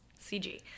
CG